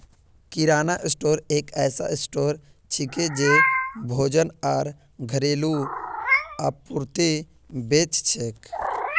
किराना store एक ऐसा store छिके जे भोजन आर घरेलू आपूर्ति बेच छेक